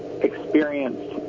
experienced